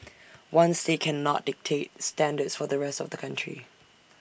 one state cannot dictate standards for the rest of the country